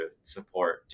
support